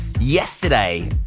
yesterday